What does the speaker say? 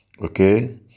Okay